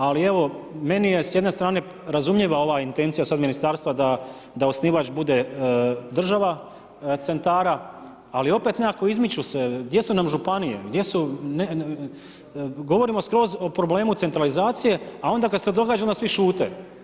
Ali evo meni je s jedne strane razumljiva ova intencija sada ministarstva da osnivač bude država centara ali opet nekako izmiču se, gdje su nam županije, gdje su, govorimo skroz o problemu centralizacije a onda kada se to događa onda svi šute.